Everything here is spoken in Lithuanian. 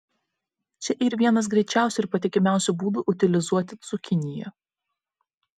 čia yr vienas greičiausių ir patikimiausių būdų utilizuoti cukiniją